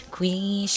Queen